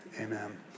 amen